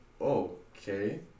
okay